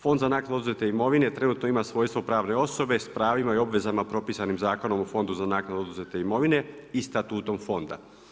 Fond za naknadu oduzete imovine trenutno ima svojstvo pravne osobe sa pravima i obvezama propisanim zakonom u fondu za naknadu oduzete imovine i statutom fonda.